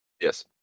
Yes